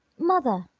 mother!